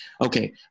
okay